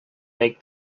make